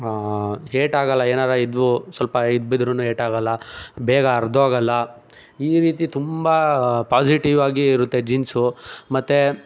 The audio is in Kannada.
ಏಟಾಗಲ್ಲ ಏನಾರೂ ಇದ್ದವು ಸ್ವಲ್ಪ ಎದ್ಬಿದ್ರು ಏಟಾಗೋಲ್ಲ ಬೇಗ ಹರ್ದ್ ಹೋಗಲ್ಲ ಈ ರೀತಿ ತುಂಬ ಪಾಸಿಟಿವ್ ಆಗಿ ಇರುತ್ತೆ ಜೀನ್ಸು ಮತ್ತು